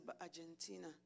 Argentina